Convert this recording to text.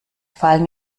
fallen